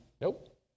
Nope